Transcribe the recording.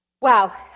wow